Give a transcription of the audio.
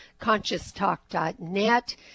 conscioustalk.net